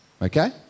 Okay